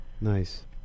Nice